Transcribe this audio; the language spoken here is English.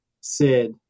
Sid